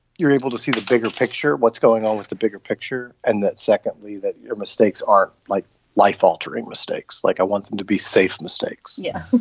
you're able to see the bigger picture, what's going on with the bigger picture, and that secondly, that your mistakes are like life altering mistakes, like i want them to be safe mistakes yeah